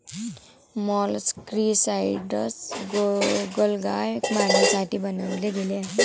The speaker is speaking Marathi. मोलस्कीसाइडस गोगलगाय मारण्यासाठी बनवले गेले आहे